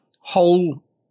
whole